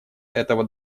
этого